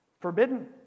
forbidden